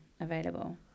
available